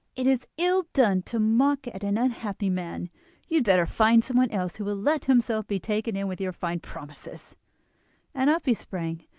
it is ill done to mock at an unhappy man you had better find someone else who will let himself be taken in with your fine promises and up he sprang,